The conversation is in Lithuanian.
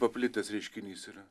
paplitęs reiškinys yra